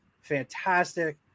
Fantastic